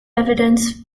evidence